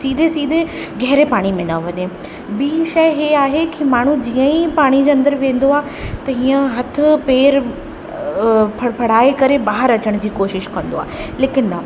सीधे सीधे गहरे पाणीअ में न वञे ॿीं शइ इहा आहे कि माण्हू जीअं ई पाणीअ जे अंदरि वेंदो आहे त हीअं हथु पेरु फड़फड़ाए करे ॿाहिरि अचण जी कोशिश कंदो आहे लेकिनि न